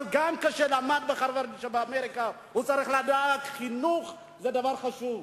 אבל גם אם הוא גדל בהרווארד באמריקה הוא צריך לדעת שחינוך זה דבר חשוב.